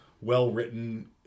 well-written